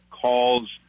calls